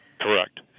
Correct